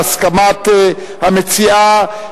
בהסכמת המציעה.